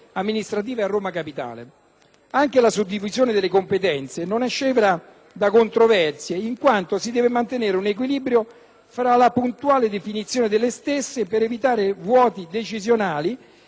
Anche la suddivisione delle competenze non è scevra da controversie in quanto si deve mantenere l'equilibrio fra la puntuale definizione delle stesse per evitare vuoti decisionali e la necessaria elasticità